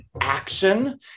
action